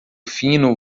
fino